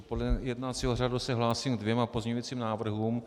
Podle jednacího řádu se hlásím ke dvěma pozměňovacím návrhům.